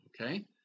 Okay